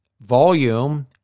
volume